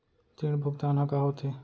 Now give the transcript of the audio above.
ऋण भुगतान ह का होथे?